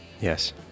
Yes